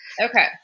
okay